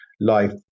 life